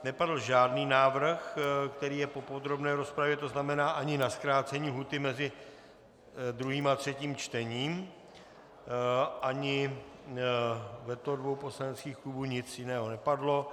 Nepadl žádný návrh, který je po podrobné rozpravě, to znamená ani na zkrácení lhůty mezi druhým a třetím čtením, ani veto dvou poslaneckých klubů, nic jiného nepadlo.